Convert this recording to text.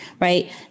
Right